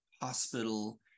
hospital